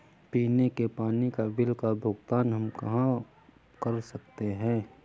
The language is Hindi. पीने के पानी का बिल का भुगतान हम कहाँ कर सकते हैं?